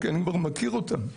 כי אני כבר מכיר אותם.